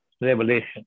revelation